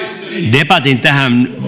debatin tähän